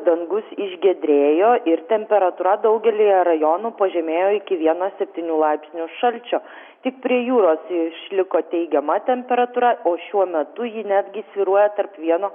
dangus išgiedrėjo ir temperatūra daugelyje rajonų pažemėjo iki vieno septynių laipsnių šalčio tik prie jūros išliko teigiama temperatūra o šiuo metu ji netgi svyruoja tarp vieno